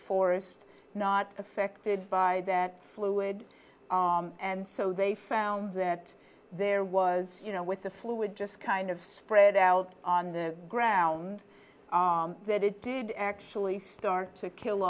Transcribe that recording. forest not affected by that fluid and so they found that there was you know with the fluid just kind of spread out on the ground the it did actually start to kill